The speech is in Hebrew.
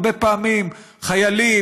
הרבה פעמים חיילים,